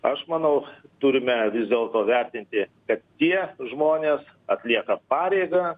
aš manau turime vis dėlto vertinti kad tie žmonės atlieka pareigą